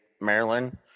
Maryland